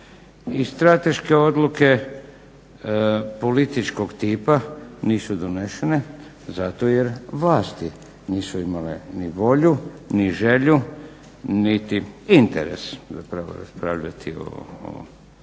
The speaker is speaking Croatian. i strateške odluke političkog tipa nisu donesene zato jer vlasti nisu imale ni volju ni želju niti interes raspravljati o znanosti